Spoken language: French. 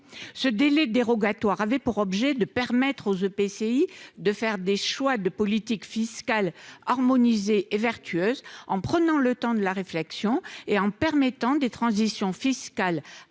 Ce délai dérogatoire avait pour objet de permettre aux EPCI de faire des choix de politique fiscale harmonisés et vertueux, en prenant le temps de la réflexion et en permettant des transitions fiscales